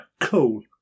Cool